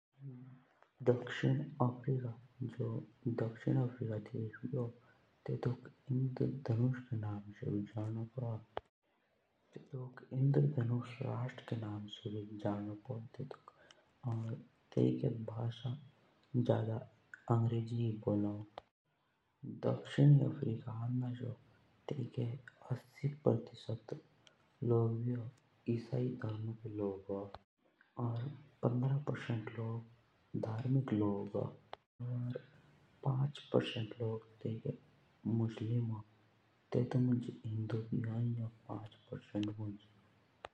दक्षिण आफ्रिका जो देश भी हो ते तुक इंडर धामुस राष्ट्र के नाम से भी जानो पो हो। और तेइके भाषा जादा अंग्रेजी बोलों। और अफ्रीका मुँह आसी परसेंट लोग भी हों सो इसाई हों। और पंद्रा परसेंट लोग धार्मिक हों। और पाँच परसेंट लोग तेइके मुसलिम हों और हिंदू भी ते तुई मँज हों।